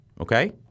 okay